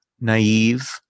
naive